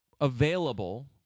available